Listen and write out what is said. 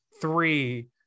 three